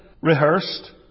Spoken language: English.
rehearsed